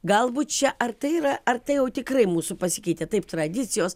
galbūt čia ar tai yra ar tai jau tikrai mūsų pasikeitė taip tradicijos